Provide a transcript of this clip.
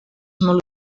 molt